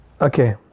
Okay